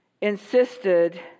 insisted